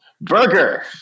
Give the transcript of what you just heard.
Burger